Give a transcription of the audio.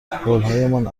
قولهایمان